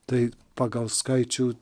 tai pagal skaičių